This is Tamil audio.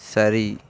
சரி